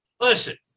Listen